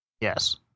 Yes